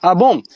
um bom,